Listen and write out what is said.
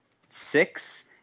six